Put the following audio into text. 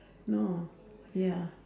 no ya